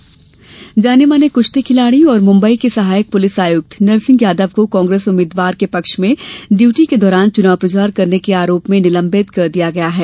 नरसिंह प्राथमिकी जाने माने कुश्ती खिलाड़ी और मुम्बई के सहायक पुलिस आयुक्त नरसिंह यादव को कांग्रेस उम्मीदवार के पक्ष में ड्यूटी के दौरान चुनाव प्रचार करने के आरोप में निलंबित कर दिया गया है